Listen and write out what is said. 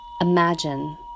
Imagine